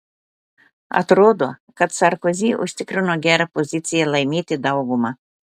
atrodo kad sarkozy užsitikrino gerą poziciją laimėti daugumą